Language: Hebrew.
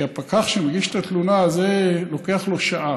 כי הפקח שמגיש את התלונה, זה לוקח לו שעה.